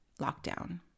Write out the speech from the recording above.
lockdown